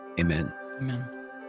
Amen